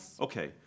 Okay